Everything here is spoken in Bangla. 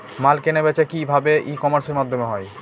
মাল কেনাবেচা কি ভাবে ই কমার্সের মাধ্যমে হয়?